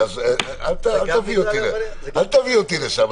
אל תביא אותי לשם,